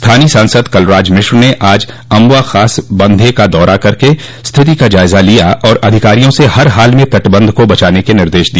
स्थानीय सांसद कलराज मिश्र ने आज अमवा खास बंधे का दौरा कर स्थिति का जायजा लिया और अधिकारियों से हर हाल में तटबंध को बचाने का निर्देश दिया